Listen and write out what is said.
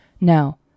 Now